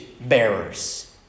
bearers